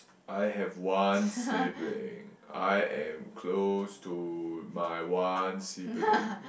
I have one sibling I am close to my one sibling